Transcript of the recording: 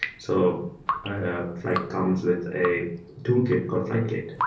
so ah flyte comes with a toolkit called flyte kit,